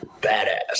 badass